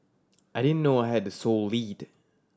I didn't know I had the sole lead